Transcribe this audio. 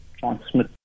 transmit